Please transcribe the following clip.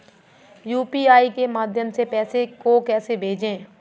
UPI के माध्यम से पैसे को कैसे भेजें?